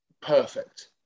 perfect